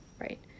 right